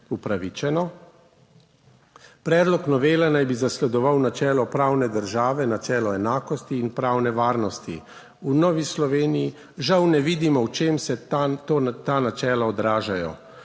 upravičeno. Predlog novele naj bi zasledoval načelo pravne države, načelo enakosti in pravne varnosti. V Novi Sloveniji žal ne vidimo v čem se ta načela odražajo.